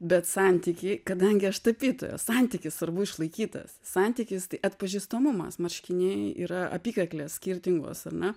bet santykiai kadangi aš tapytoja santykis svarbu išlaikytas santykis tai atpažįstamumas marškiniai yra apykaklės skirtingos ar ne